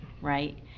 right